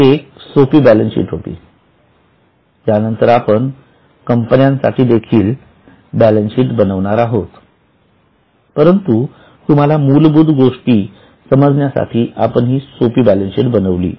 ही एक सोपी बॅलन्सशीट होती या नंतर आपण कंपन्यांसाठी देखील बॅलन्सशीट बनवणार आहोत परंतु तुम्हाला मूलभूत गोष्टी समजण्यासाठी आपण हि सोपी बॅलन्सशीट बनविली